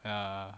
ah